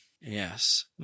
Yes